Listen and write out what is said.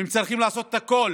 והם צריכים לעשות הכול